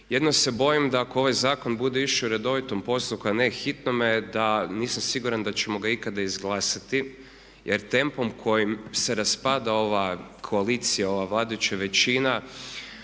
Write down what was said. Jedino se bojim da ako ovaj zakon bude išao u redovitom postupku a ne hitnome nisam sigurna da ćemo ga ikada izglasati jer tempom kojim se raspada ova koalicija, ova vladajuća većina.